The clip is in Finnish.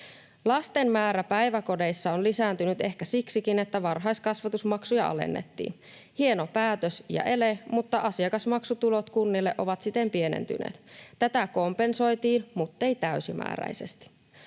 Lasten määrä päiväkodeissa on lisääntynyt ehkä siksikin, että varhaiskasvatusmaksuja alennettiin. Hieno päätös ja ele, mutta asiakasmaksutulot kunnille ovat siten pienentyneet. Tätä kompensoitiin muttei täysimääräisesti.